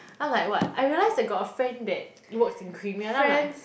I'm like what I realised I got a friend that it works in Creamier then I'm like